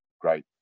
great